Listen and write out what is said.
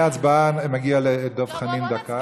ההצבעה, מגיעה לדב חנין דקה.